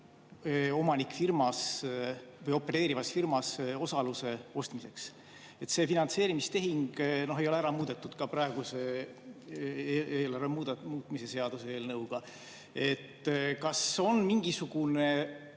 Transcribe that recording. ujuvterminali opereerivas firmas osaluse ostmiseks. See finantseerimistehing ei ole ära muudetud ka praeguse eelarve muutmise seaduse eelnõuga. Kas on mingisugune